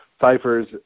ciphers